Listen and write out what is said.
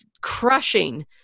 crushing